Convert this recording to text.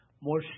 more